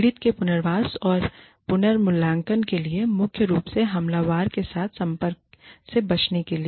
पीड़ित के पुनर्वास या पुनर्मूल्यांकन के लिए मुख्य रूप से हमलावर के साथ संपर्क से बचने के लिए